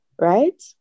right